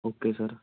okay sir